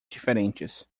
diferentes